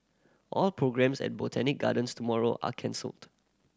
all programmes at Botanic Gardens tomorrow are cancelled